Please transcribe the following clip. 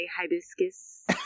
hibiscus